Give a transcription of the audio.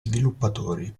sviluppatori